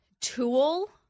tool